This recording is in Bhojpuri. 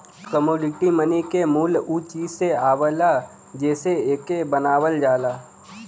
कमोडिटी मनी क मूल्य उ चीज से आवला जेसे एके बनावल जाला